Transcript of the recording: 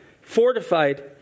fortified